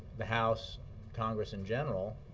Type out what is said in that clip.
the house congress in general